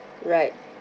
right